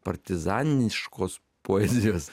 partizaniškos poezijos